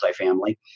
multifamily